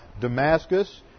Damascus